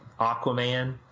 Aquaman